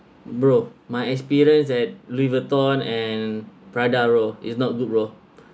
bro my experience at louis vuitton and prada bro is not good bro